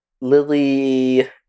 Lily